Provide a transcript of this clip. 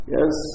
Yes